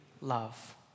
love